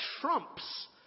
trumps